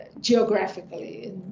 geographically